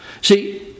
See